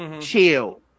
chill